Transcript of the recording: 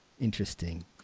interesting